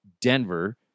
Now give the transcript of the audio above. Denver